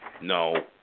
No